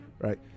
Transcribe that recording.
Right